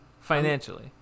Financially